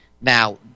Now